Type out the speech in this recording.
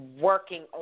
working